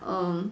uh